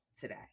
today